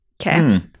Okay